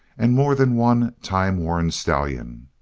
and more than one time-worn stallion.